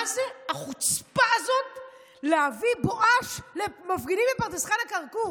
מה זאת החוצפה הזאת להביא בואש למפגינים מפרדס חנה-כרכור?